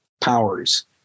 powers